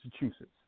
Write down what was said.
Massachusetts